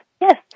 Yes